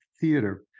theater